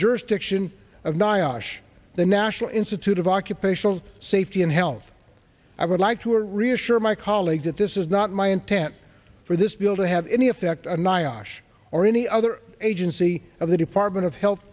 jurisdiction of nyasha the national institute of occupational safety and health i would like to reassure my colleagues that this is not my intent for this bill to have any effect on nyasha or any other agency of the department of health